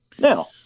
now